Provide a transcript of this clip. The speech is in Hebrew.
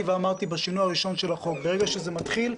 בבקשה הראשונה לשינוי החוק אמרתי שברגע שזה מתחיל,